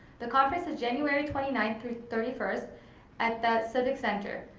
the conference is january twenty ninth through thirty first at the civic center.